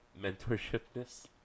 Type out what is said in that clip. Mentorshipness